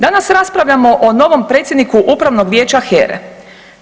Danas raspravljamo o novom predsjedniku upravnog vijeća HERA-e.